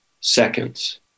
seconds